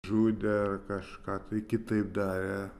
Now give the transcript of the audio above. žudė ar kažką tai kitaip darė